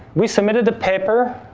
we submitted the paper,